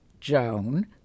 Joan